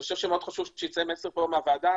חשוב מאוד שייצא מסר מן הוועדה,